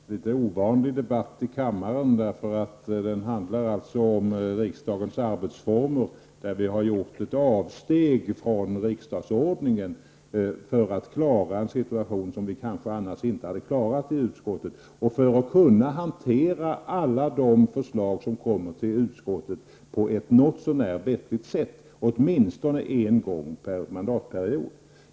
Herr talman! Detta är en litet ovanlig debatt i kammaren, eftersom den handlar om riksdagens arbetsformer. Utskottet har gjort ett avsteg från riksdagsordningen för att klara av en situation som vi kanske annars inte hade klarat av. Utskottet har gjort detta för att kunna hantera alla de förslag som kommer till utskottet på ett något så när vettigt sätt åtminstone en gång per mandatperiod.